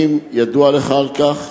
1. האם ידוע לך על כך?